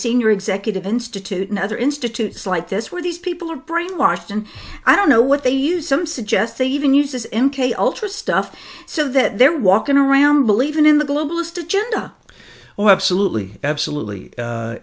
senior executive institute and other institutes like this where these people are brainwashed and i don't know what they use some suggest they even use this m k ultra stuff so that they're walking around believing in the globalist agenda oh absolutely absolutely a